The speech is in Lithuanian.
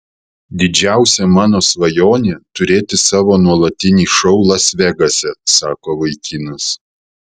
didžiausia mano svajonė turėti savo nuolatinį šou las vegase sako vaikinas